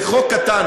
זה חוק קטן,